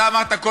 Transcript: אתה אמרת,